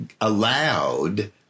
allowed